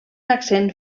accent